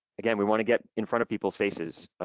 again, we wanna get in front of people's faces,